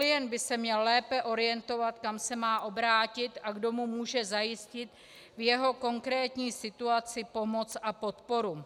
Klient by se měl lépe orientovat, kam se má obrátit a kdo mu může zajistit v jeho konkrétní situaci pomoc a podporu.